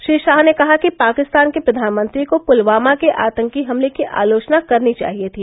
श्री शाह ने कहा कि पाकिस्तान के प्रधानमंत्री को पुलवामा के आतंकी हमले की आलोचना करनी चाहिए थी